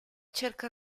cerca